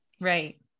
Right